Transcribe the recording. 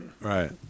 right